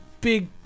big